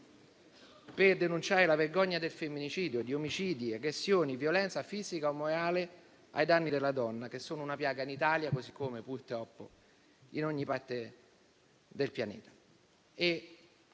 per denunciare la vergogna del femminicidio, di omicidi, aggressioni, violenza fisica o morale ai danni della donna, che sono una piaga in Italia, così come purtroppo in ogni parte del pianeta.